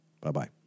Bye-bye